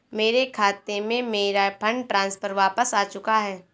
मेरे खाते में, मेरा फंड ट्रांसफर वापस आ चुका है